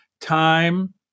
time